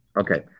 Okay